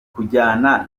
kujyana